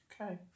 Okay